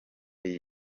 iyi